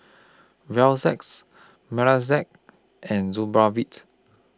and Supravit